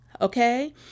Okay